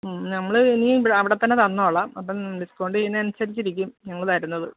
നമ്മൾ ഇനി അവിടെ തന്നെ തന്നോളാം അപ്പം ഡിസ്ക്കൗണ്ട് ചെയ്യുന്നതിന് അനുസരിച്ചിരിക്കും ഞങ്ങൾ വരുന്നത്